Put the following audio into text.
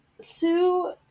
Sue